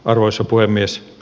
arvoisa puhemies